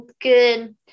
good